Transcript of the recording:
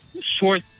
short